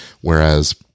Whereas